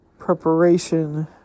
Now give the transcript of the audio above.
Preparation